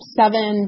seven